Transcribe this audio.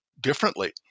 differently